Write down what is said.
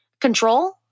control